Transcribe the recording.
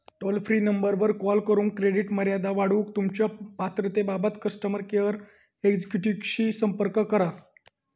toll free नंबरवर call करून credit मर्यादा वाढवूक तुमच्यो पात्रतेबाबत कस्टमर केअर एक्झिक्युटिव्हशी संपर्क करा